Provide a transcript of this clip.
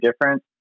different